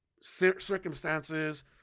circumstances